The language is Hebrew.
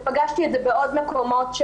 ופגשתי את זה בעוד מקומות.